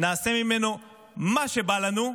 נעשה בו מה שבא לנו.